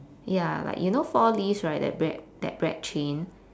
ya like you know four leaves right that bread that bread chain